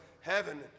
heaven